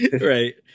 Right